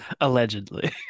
allegedly